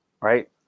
Right